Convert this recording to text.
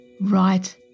right